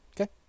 Okay